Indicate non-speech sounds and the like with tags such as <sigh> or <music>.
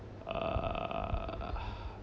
err <breath>